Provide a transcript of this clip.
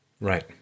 Right